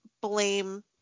blame